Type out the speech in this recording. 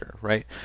right